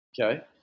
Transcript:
Okay